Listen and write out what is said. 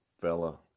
fella